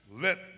Let